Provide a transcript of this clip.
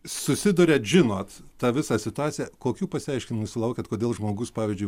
susiduriat žinot tą visą situaciją kokių pasiaiškinimų sulaukiat kodėl žmogus pavyzdžiui